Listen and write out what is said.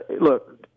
look